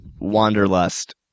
Wanderlust